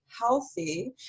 healthy